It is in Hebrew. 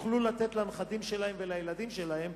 שהם יוכלו לתת לנכדים שלהם ולילדים שלהם,